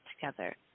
together